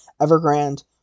Evergrande